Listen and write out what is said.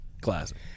Classic